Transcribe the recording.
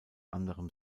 anderem